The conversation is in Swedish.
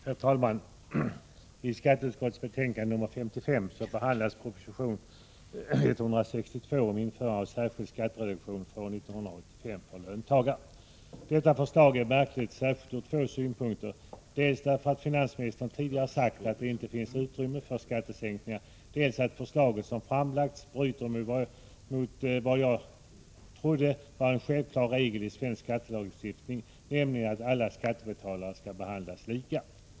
Herr talman! I skatteutskottets betänkande nr 55 behandlas proposition 162 om införandet av en särskild skattereduktion för år 1985 för löntagare. Detta förslag är märkligt särskilt ur två synpunkter: dels därför att finansministern tidigare sagt att det inte finns utrymme för skattesänkningar, dels därför att det förslag som framlagts bryter med vad jag trodde var en självklar regel i svensk skattelagstiftning, nämligen att alla skattebetalare skall behandlas lika.